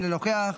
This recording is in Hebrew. אינו נוכח,